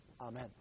Amen